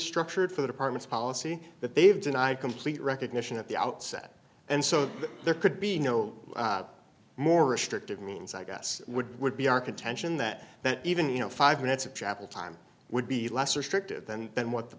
structured for the department's policy that they've denied complete recognition at the outset and so there could be no more restrictive means i guess would would be our contention that even you know five minutes of travel time would be less restrictive than what the